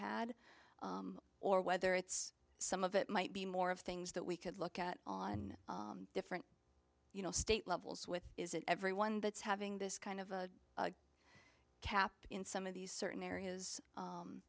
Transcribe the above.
had or whether it's some of it might be more of things that we could look at on different you know state levels with is it everyone that's having this kind of a cap in some of these certain areas